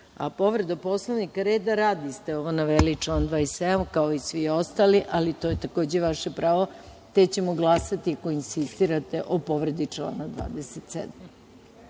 povrede Poslovnika, reda radi ste naveli član 27, kao i svi ostali, ali to je takođe vaše pravo, te ćemo glasati ako insistirate o povredi člana